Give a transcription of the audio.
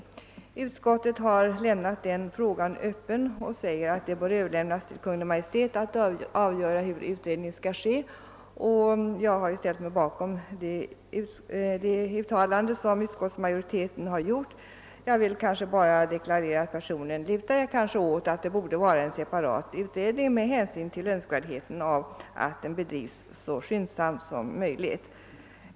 Utskottsmajoriteten har lämnat den frågan öppen och menar att det bör överlämnas till Kungl. Maj:t att avgöra hur utredningen skall bedrivas, och jag har ställt mig bakom detta uttalande. Jag vill emellertid deklarera att jag personligen lutar åt att det borde vara en separat utredning med hänsyn till önskvärheten av att arbetet bedrivs så skyndsamt som möjligt.